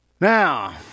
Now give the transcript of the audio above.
Now